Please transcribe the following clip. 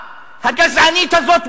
הגזענית הזאת,